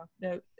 no